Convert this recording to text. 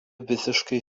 visiškai